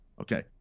Okay